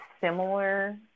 similar